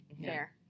Fair